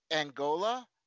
Angola